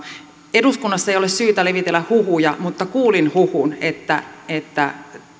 eduskunnassa ei ole syytä levitellä huhuja mutta kuulin huhun että että